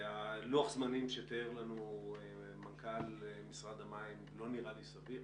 ולוח הזמנים שתיאר לנו מנכ"ל משרד המים לא נראה לי סביר.